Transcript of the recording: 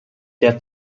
der